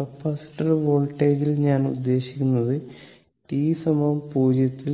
capacitor വോൾട്ടേജിൽ ഞാൻ ഉദ്ദേശിക്കുന്നത് t 0